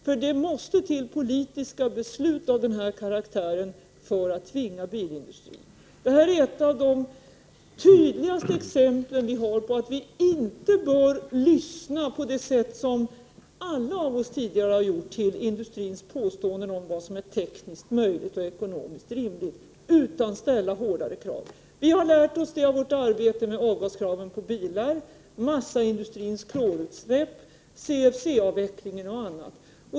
Det måste nämligen till politiska beslut av denna karaktär för att tvinga bilindustrin. Detta är ett av de tydligaste exemplen på att vi inte bör lyssna på det sätt som vi alla tidigare har gjort till industrins påståenden om vad som är tekniskt möjligt och ekonomiskt rimligt, utan vi bör ställa hårdare krav. Vi har lärt oss det av vårt arbete med avgaskraven på bilar, massaindustrins klorutsläpp, CFC-avvecklingen och annat.